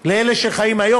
לאלה שחיים היום.